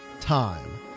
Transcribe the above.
time